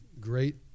great